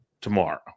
tomorrow